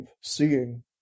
seeing